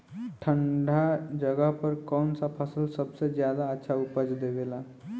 ठंढा जगह पर कौन सा फसल सबसे ज्यादा अच्छा उपज देवेला?